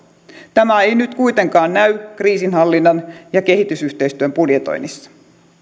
tämä ei nyt kuitenkaan näy kriisinhallinnan ja kehitysyhteistyön budjetoinnissa